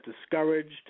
discouraged